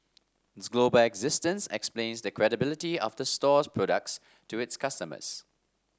its global existence explains the credibility of the store's products to its customers